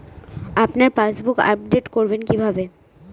আপনার passbook update করবেন কিভাবে?